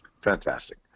Fantastic